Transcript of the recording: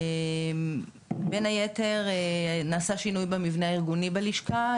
בין היתר נעשה שינוי במבנה הארגוני בלשכה,